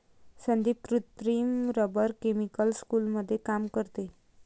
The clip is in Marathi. संदीप कृत्रिम रबर केमिकल स्कूलमध्ये काम करते